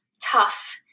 tough